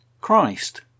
Christ